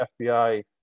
FBI